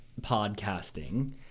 podcasting